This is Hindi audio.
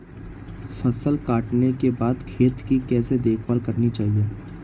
फसल काटने के बाद खेत की कैसे देखभाल करनी चाहिए?